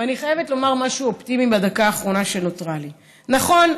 ואני חייבת לומר משהו אופטימי בדקה האחרונה שנותרה לי: נכון,